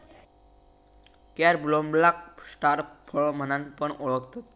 कॅरम्बोलाक स्टार फळ म्हणान पण ओळखतत